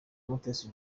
mutesi